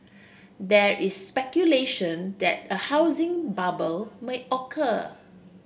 there is speculation that a housing bubble may occur